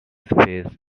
face